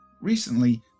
Recently